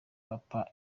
papa